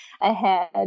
ahead